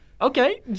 okay